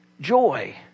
joy